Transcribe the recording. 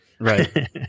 Right